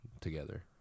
together